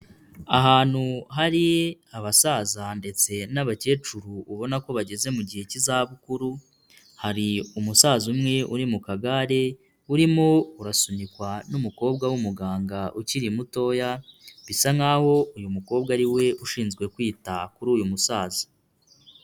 Ahantu hari abasaza ndetse n'abakecuru ubona ko bageze mu gihe cy'izabukuru, hari umusaza umwe uri mu kagare urimo urasunikwa n'umukobwa w'umuganga ukiri mutoya, bisa nkaho uyu mukobwa ariwe ushinzwe kwita kuri uyu musaza.